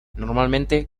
normalmente